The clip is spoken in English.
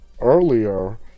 earlier